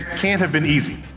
can't have been easy.